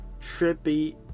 trippy